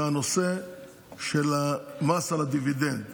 זה הנושא של מס על הדיבידנד.